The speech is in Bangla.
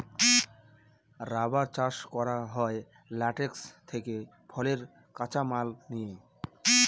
রাবার চাষ করা হয় ল্যাটেক্স থেকে ফলের কাঁচা মাল নিয়ে